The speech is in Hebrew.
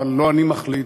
אבל לא אני מחליט,